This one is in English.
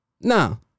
Now